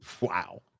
Wow